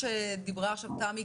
כמו שאמרה עכשיו תמי,